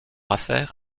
affaire